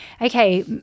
okay